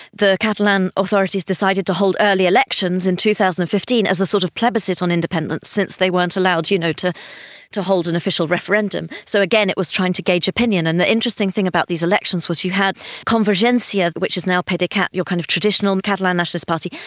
the catalan authorities decided to hold early elections in two thousand and fifteen as a sort of plebiscite on independence since they weren't allowed you know to to hold an official referendum. so again, it was trying to gauge opinion. and the interesting thing about these elections was you had convergencia which is now pdecat, your kind of traditional and catalan nationalist party,